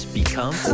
become